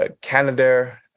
Canada